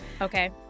okay